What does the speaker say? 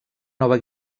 nova